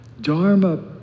Dharma